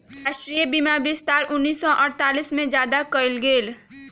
राष्ट्रीय बीमा विस्तार उन्नीस सौ अडतालीस में ज्यादा कइल गई लय